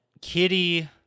Kitty